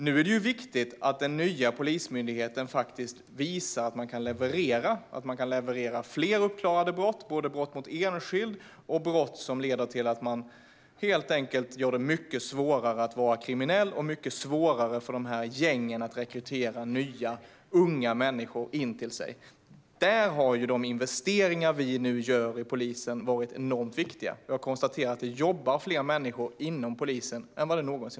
Nu är det viktigt att den nya Polismyndigheten faktiskt visar att man kan leverera i form av fler uppklarade brott. Det kan gälla brott mot enskild, att göra det mycket svårare att vara kriminell och svårare för gängen att rekrytera unga människor. Där har de investeringar vi har gjort i polisen varit enormt viktiga. Jag konstaterar att det jobbar fler människor inom polisen än någonsin.